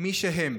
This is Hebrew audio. מי שהם.